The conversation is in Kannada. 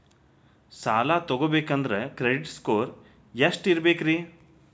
ಸಾಲ ತಗೋಬೇಕಂದ್ರ ಕ್ರೆಡಿಟ್ ಸ್ಕೋರ್ ಎಷ್ಟ ಇರಬೇಕ್ರಿ?